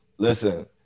Listen